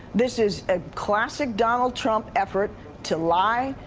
this is a classic donald trump effort to lie,